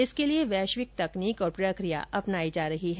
इसके लिए वैश्विक तकनीक और प्रक्रिया अपनाई जा रही है